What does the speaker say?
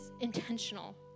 intentional